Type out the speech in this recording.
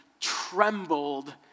trembled